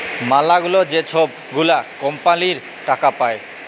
ম্যালাগুলা যে ছব গুলা কম্পালির টাকা পায়